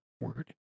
word